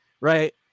Right